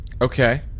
okay